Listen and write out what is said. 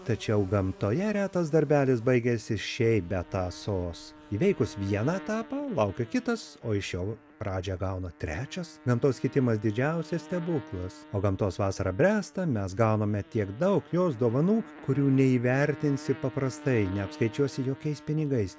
tačiau gamtoje retas darbelis baigiasi šiaip be tąsos įveikus vieną etapą laukia kitas o iš jo pradžią gauna trečias gamtos kitimas didžiausias stebuklas o gamtos vasara bręsta mes gauname tiek daug jos dovanų kurių neįvertinsi paprastai neapskaičiuosi jokiais pinigais